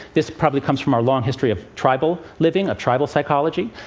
this probably comes from our long history of tribal living, of tribal psychology.